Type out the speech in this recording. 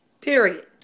Period